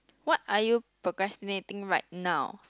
what are you procrastinating right now